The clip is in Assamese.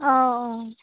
অঁ অঁ